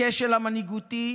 הכשל המנהיגותי